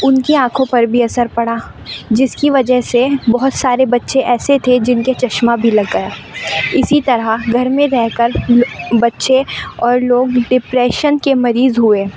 ان کی آنکھوں پر بھی اثر پڑا جس کی وجہ سے بہت سارے بچے ایسے تھے جن کے چشمہ بھی لگ گیا اسی طرح گھر میں رہ کر بچے اور لوگ ڈپریشن کے مریض ہوئے